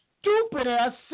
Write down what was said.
stupid-ass